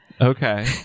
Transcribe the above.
Okay